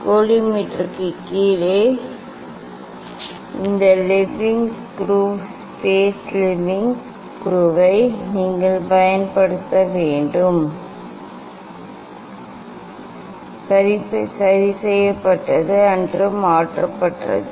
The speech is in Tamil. கோலிமேட்டருக்குக் கீழே இந்த லெவலிங் ஸ்க்ரூ பேஸ் லெவலிங் ஸ்க்ரூவை நீங்கள் பயன்படுத்த வேண்டும் ஆனால் இங்கே இது சரி செய்யப்பட்டது நீங்கள் மாற்ற முடியாது